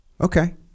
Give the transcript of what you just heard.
Okay